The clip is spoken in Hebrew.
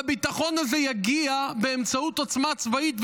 והביטחון הזה יגיע באמצעות עוצמה צבאית,